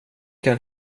kan